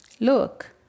Look